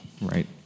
right